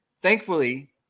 Thankfully